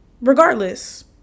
Regardless